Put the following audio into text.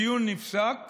הדיון נפסק,